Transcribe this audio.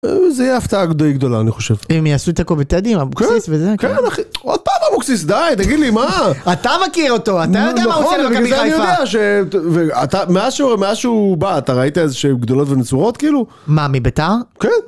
זה יהיה הפתעה די גדולה אני חושב. הם יעשו את הכל בטדי, עם אבוקסיס וזה. כן, כן אחי, עוד פעם אבוקסיס די, תגיד לי מה? אתה מכיר אותו, אתה יודע מה הוא עושה במכבי חיפה. נכון, אני יודע, ומאז שהוא בא, אתה ראית איזה שהם גדולות ונצורות כאילו? מה, מביתר? כן.